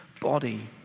body